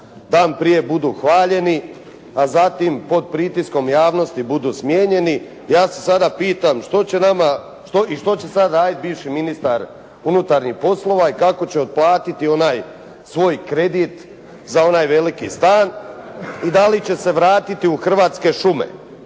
dan prije budu hvaljeni, a zatim pod pritiskom javnosti budu smijenjeni. Ja se sada pitam što će nama i što će sada raditi bivši ministar unutarnjih poslova i kako će otplatiti onaj svoj kredit za onaj veliki stan i da li će se vratiti u Hrvatske šume